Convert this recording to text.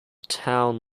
town